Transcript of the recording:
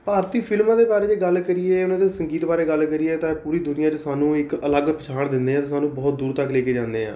ਭਾਰਤੀ ਫਿਲਮਾਂ ਦੇ ਬਾਰੇ ਜੇ ਗੱਲ ਕਰੀਏ ਉਹਨਾਂ ਦੇ ਸੰਗੀਤ ਬਾਰੇ ਗੱਲ ਕਰੀਏ ਤਾਂ ਪੂਰੀ ਦੁਨੀਆ 'ਚ ਸਾਨੂੰ ਇੱਕ ਅਲੱਗ ਪਹਿਚਾਣ ਦਿੰਦੇ ਹੈ ਸਾਨੂੰ ਬਹੁਤ ਦੂਰ ਤੱਕ ਲੈ ਕੇ ਜਾਂਦੇ ਆ